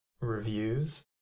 Reviews